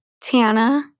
Tana